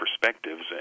perspectives